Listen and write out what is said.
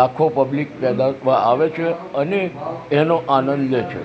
લાખો પબ્લિક આવે છે અને એનો આનંદ લે છે